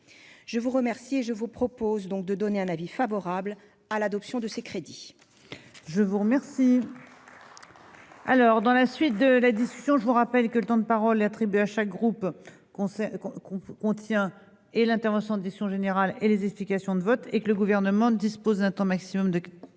je vous remercie et je vous propose donc de donner un avis favorable à l'adoption de ces crédits,